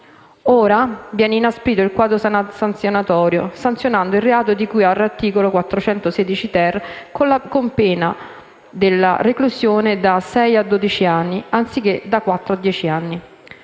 Ora viene inasprito il quadro sanzionatorio, sanzionando il reato di cui all'articolo 416-*ter* con la pena della reclusione da sei a dodici anni (anziché da quattro a